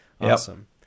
Awesome